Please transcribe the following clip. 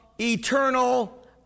eternal